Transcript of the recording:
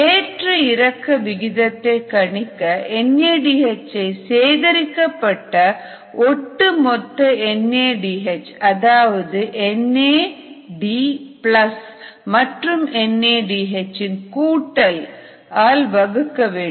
ஏற்ற இறக்க விகிதத்தை கணிக்க என் ஏ டி எச் ஐ சேகரிக்கப்பட்ட ஒட்டுமொத்த என் ஏ டி எச் அதாவது N A D plus NAD மற்றும் என் ஏ டி எச் இன் கூட்டல் ஆல் வகுக்க வேண்டும்